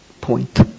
point